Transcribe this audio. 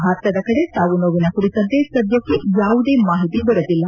ಭಾರತದ ಕಡೆ ಸಾವು ನೋವಿನ ಕುರಿತಂತೆ ಸದ್ಲಕ್ಷೆ ಯಾವುದೇ ಮಾಹಿತಿ ದೊರೆತಿಲ್ಲ